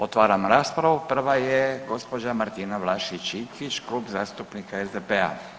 Otvaram raspravu, prva je gospođa Martina Vlašić Iljkić, Klub zastupnika SDP-a.